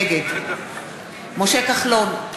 נגד משה כחלון,